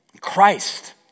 Christ